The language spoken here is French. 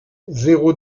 zéro